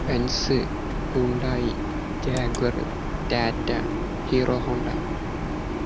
Benz Hyundai jaguar Tata Hero Honda